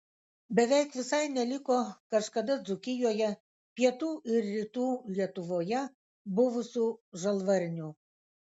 beveik visai neliko kažkada dzūkijoje pietų ir rytų lietuvoje buvusių žalvarnių